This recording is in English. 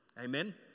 Amen